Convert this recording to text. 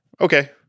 Okay